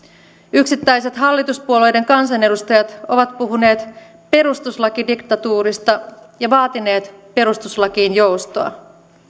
yksittäiset hallituspuolueiden kansanedustajat ovat puhuneet perustuslakidiktatuurista ja vaatineet perustuslakiin joustoa